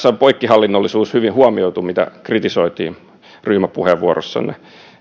poikkihallinnollisuus hyvin huomioitu mitä kritisoitiin ryhmäpuheenvuorossanne